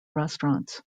restaurants